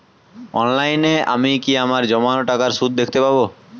অনলাইনে আমি কি আমার জমানো টাকার সুদ দেখতে পবো?